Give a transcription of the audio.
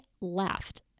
laughed